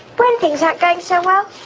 when things aren't going so well.